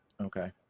okay